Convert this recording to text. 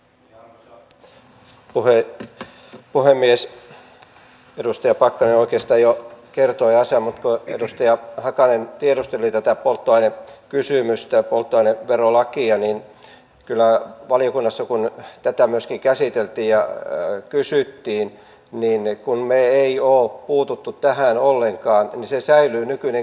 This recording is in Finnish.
edustaja pakkanen oikeastaan jo kertoi asian mutta kun edustaja hakanen tiedusteli tätä polttoainekysymystä polttoaineverolakia niin valiokunnassa kun tätä myöskin käsiteltiin ja kysyttiin me emme ole puuttuneet tähän ollenkaan niin että se nykyinen käytäntö säilyy edelleen